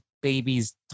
baby's